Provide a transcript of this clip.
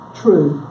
true